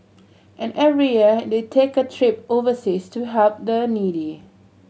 and every year they take a trip overseas to help the needy